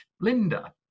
Linda